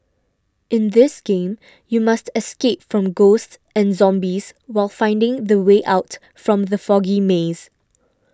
in this game you must escape from ghosts and zombies while finding the way out from the foggy maze